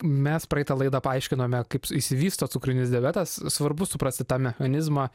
mes praeitą laidą paaiškinome kaip išsivysto cukrinis diabetas svarbu suprasti tą mechanizmą